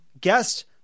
guest